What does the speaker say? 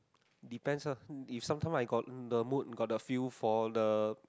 depends ah if sometimes I got the mood got the feel for the